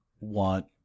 want